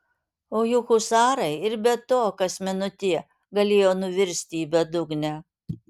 o juk husarai ir be to kas minutė galėjo nuvirsti į bedugnę